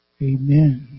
Amen